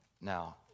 Now